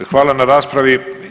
Hvala na raspravi.